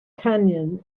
canyon